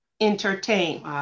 entertain